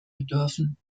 bedürfen